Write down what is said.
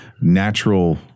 natural